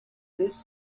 this